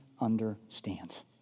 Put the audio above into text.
understands